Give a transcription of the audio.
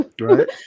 right